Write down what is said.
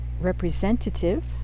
representative